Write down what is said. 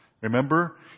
Remember